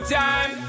time